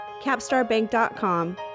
CapstarBank.com